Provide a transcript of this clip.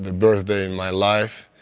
birthday in my life.